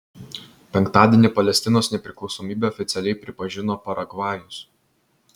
penktadienį palestinos nepriklausomybę oficialiai pripažino paragvajus